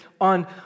on